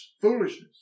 foolishness